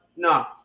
No